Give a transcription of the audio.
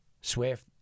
Swift